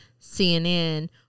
CNN